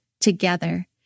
together